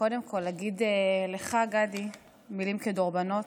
קודם כול אגיד לך, גדי, מילים כדורבנות.